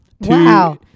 Wow